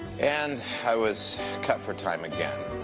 and i was cut for time again